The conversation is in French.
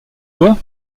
dois